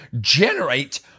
generate